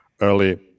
early